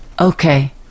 Okay